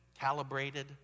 calibrated